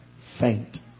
faint